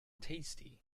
tasty